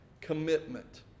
commitment